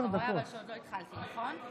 אבל אתה רואה שעוד לא התחלתי, נכון?